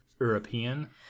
European